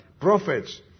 prophets